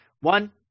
One